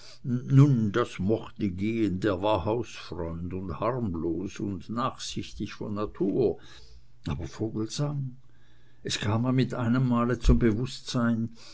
das mochte gehen der war hausfreund und harmlos und nachsichtig von natur aber vogelsang es kam ihr mit einem male zum bewußtsein